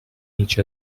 each